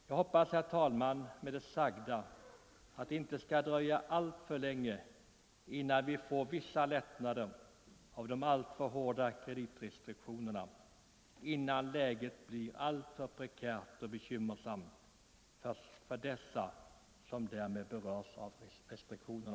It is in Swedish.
Jag hoppas, herr talman, att det inte skall dröja alltför länge innan vi får vissa lättnader i de mycket hårda kreditrestriktionerna. Annars blir läget alltför prekärt och bekymmersamt för dem som berörs av restriktionerna